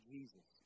Jesus